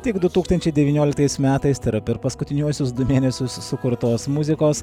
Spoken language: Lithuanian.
tik du tūkstančiai devynioliktais metais tai yra per paskutiniuosius du mėnesius sukurtos muzikos